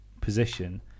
position